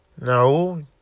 No